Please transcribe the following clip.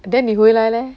then 你回来 leh